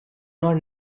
not